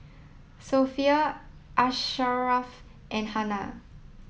Sofea Asharaff and Hana